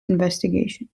investigation